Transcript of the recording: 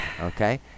Okay